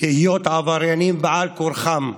בעל כורחן,